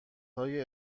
های